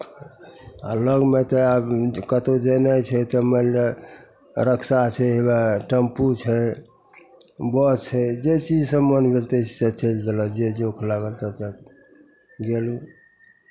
आ लगमे तऽ आब कतहु जेनाइ छै तऽ मानि लिअ रिक्शा छै हउवए टेम्पू छै बस छै जाहि चीजसँ मन भेल ताहि चीजसँ चलि देलहुँ जे जोख लागल ततय गेलहुँ